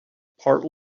part